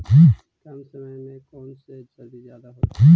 कम समय में कौन से सब्जी ज्यादा होतेई?